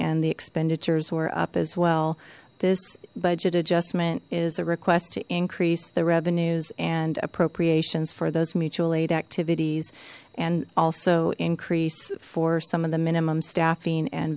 and the expenditures were up as well this budget adjustment is a request to increase the revenues and appropriations for those mutual aid activities and also increase for some of the minimum staffing and